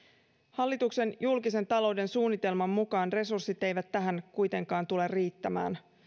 hallituksen julkisen talouden suunnitelman mukaan resurssit eivät tähän kuitenkaan tule riittämään